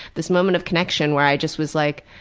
this moment of connection where i just was like,